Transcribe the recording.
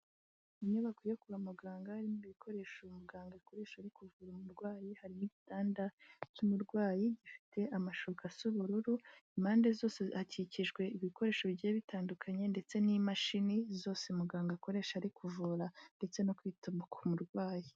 Inyubako yo kwa muganga, harimo ibikoresho muganga akoresha ari kuvura murwayi, harimo igitanda cy'umurwayi gifite amashuka asa ubururu, impande zose hakikijwe ibikoresho bigiye bitandukanye, ndetse n'imashini zose muganga akoresha ari kuvura, ndetse no kwita ku murwayi.